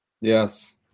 Yes